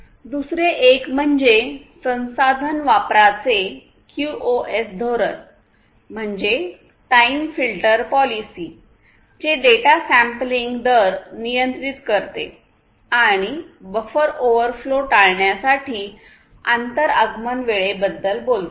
दुसरे एक म्हणजे संसाधन वापराचे क्यूओएस धोरण म्हणजे टाइम फिल्टर पॉलिसी जे डेटा संपलींग दर नियंत्रित करते आणि बफर ओव्हरफ्लो टाळण्यासाठी आंतर आगमन वेळेबद्दल बोलते